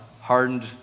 hardened